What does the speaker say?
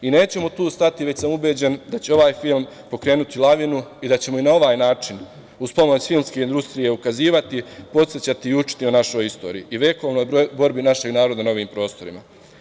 Nećemo tu stati, već sam ubeđen da će ovaj film pokrenuti lavinu i da ćemo na ovaj način uz pomoć filmske industrije ukazivati, podsećati i učiti o našoj istoriji i vekovnoj borbi našeg naroda na ovim prostorima.